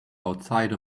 outside